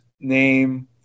name